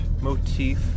motif